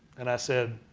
and i said,